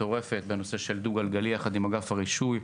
מטורפת בנושא של דו-גלגלי, יחד עם אגף הרישוי.